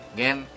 Again